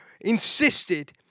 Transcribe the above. insisted